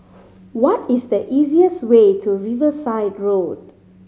what is the easiest way to Riverside Road